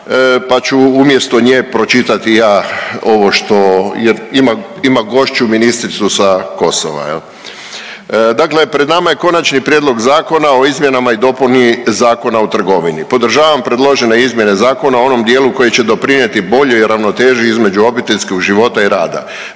pa ću umjesto nje pročitati ja ovo što jer ima, ima gošću ministricu sa Kosova jel. Dakle, pred nama je Konačni prijedlog Zakona o izmjenama i dopuni Zakona o trgovini. Podržavam predložene izmjene zakona u onom dijelu koji će doprinijeti boljoj ravnoteži između obiteljskog života i rada.